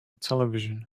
television